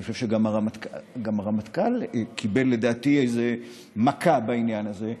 אני חושב שגם הרמטכ"ל קיבל לדעתי איזו מכה בעניין הזה,